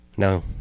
No